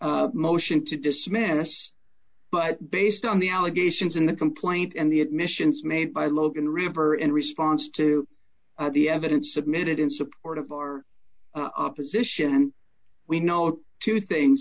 renewed motion to dismiss but based on the allegations in the complaint and the admissions made by logan river in response to the evidence submitted in support of our opposition we note two things